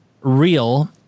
Real